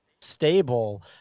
stable